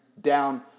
down